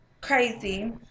Crazy